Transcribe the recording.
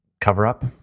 cover-up